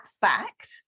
fact